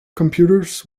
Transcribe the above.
computers